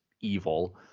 evil